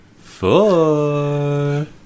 four